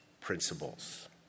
principles